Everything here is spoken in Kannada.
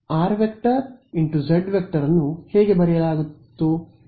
rˆ × zˆ ಅನ್ನು ಹೇಗೆ ಬರೆಯಲಾಗಿತ್ತು